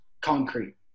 concrete